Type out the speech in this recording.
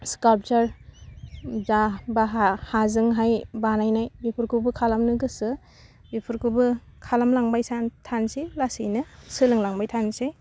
सिकाल्पसार जा बाहा हाजोंहाय बानायनाय बेफोरखौबो खालामनो गोसो बेफोरखौबो खालामलांबाय सान थानसै लासैनो सोलोंलांबाय थानसै